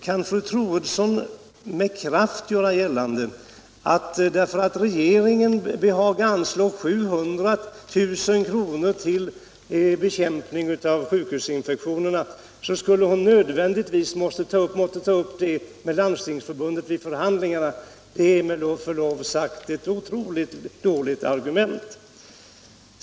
Kan fru Troedsson med kraft göra gällande att hon, därför att regeringen behagar anslå 700 000 kr. till bekämpande av sjukhusinfektionerna, nödvändigtvis måste ta upp förhandlingar med Landstingsförbundet? Det är med förlov sagt ett dåligt argument.